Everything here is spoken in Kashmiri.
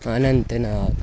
اننت ناگ